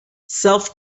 self